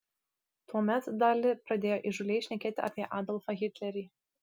tuomet dali pradėjo įžūliai šnekėti apie adolfą hitlerį